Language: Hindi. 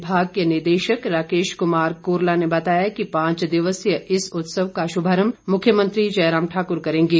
विभाग के निदेशक राकेश कुमार कोरला ने बताया कि पांच दिवसीय इस उत्सव का शुभारंभ मुख्यमंत्री जयराम ठाकुर करेंगे